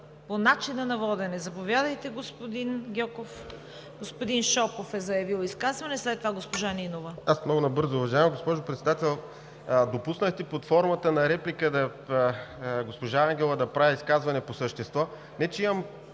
По начина на водене – заповядайте, господин Гьоков. Господин Шопов е заявил изказване, след това госпожа Нинова. ГЕОРГИ ГЬОКОВ (БСП за България): Уважаема госпожо Председател, допуснахте под формата на реплика госпожа Ангелова да направи изказване по същество. Не че имам